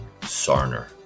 Sarner